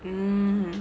mmhmm